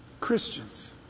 Christians